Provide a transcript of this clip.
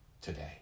today